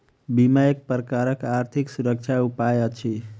बीमा एक प्रकारक आर्थिक सुरक्षाक उपाय अछि